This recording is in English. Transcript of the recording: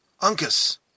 Uncas